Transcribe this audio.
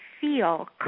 feel